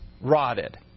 rotted